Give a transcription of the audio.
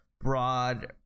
broad